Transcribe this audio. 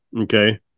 Okay